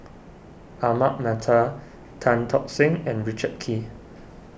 Ahmad Mattar Tan Tock Seng and Richard Kee